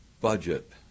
budget